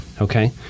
Okay